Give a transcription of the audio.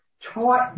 taught